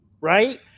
Right